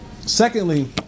Secondly